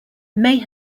may